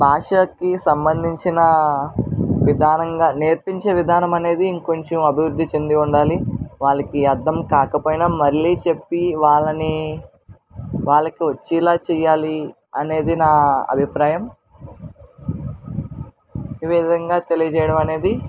భాషకి సంబంధించిన విధానంగా నేర్పించే విధానం అనేది ఇంకొంచెం అభివృద్ధి చెంది ఉండాలి వాళ్ళకి అర్థం కాకపోయినా మళ్ళీ చెప్పి వాళ్ళని వాళ్ళకు వచ్చేలా చేయాలి అనేది నా అభిప్రాయం ఈ విధంగా తెలియజేయడం అనేది